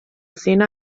szene